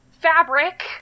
fabric